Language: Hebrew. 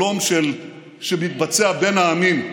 שלום שמתבצע בין העמים.